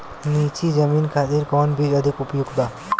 नीची जमीन खातिर कौन बीज अधिक उपयुक्त बा?